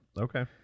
Okay